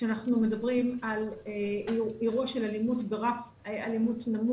כשאנחנו מדברים על אירוע של אלימות ברף נמוך,